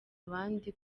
abandi